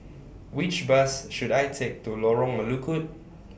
Which Bus should I Take to Lorong Melukut